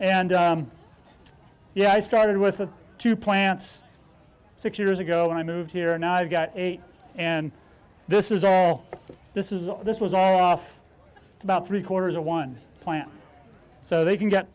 d yeah i started with a two plants six years ago when i moved here now i've got eight and this is a this is this was all off about three quarters of one plant so they can get